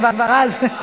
כבר אז,